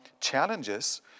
challenges